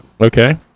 Okay